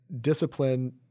discipline